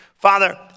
Father